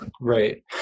right